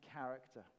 character